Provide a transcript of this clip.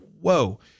whoa